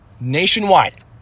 nationwide